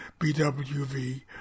BWV